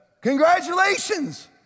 Congratulations